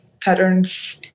patterns